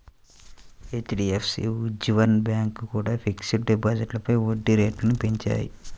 HDFC, Ujjivan bank కూడా fixed డిపాజిట్లపై వడ్డీ రేట్లను పెంచాయి